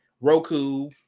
Roku